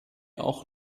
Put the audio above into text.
auch